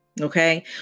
Okay